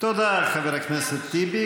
תודה לחבר הכנסת טיבי.